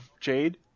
Jade